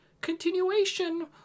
continuation